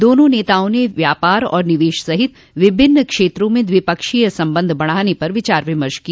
दोनों नेताओं ने व्यापार और निवेश सहित विभिन्न क्षेत्रों में द्विपक्षीय संबंध बढ़ाने पर व्यापक विचार विमर्श किया